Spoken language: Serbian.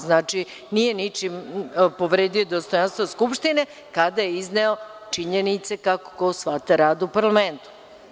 Znači, nije ničim povredio dostojanstvo Skupštine kada je izneo činjenice kako ko shvata rad u parlamentu.